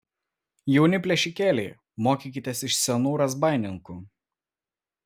jauni plėšikėliai mokykitės iš senų razbaininkų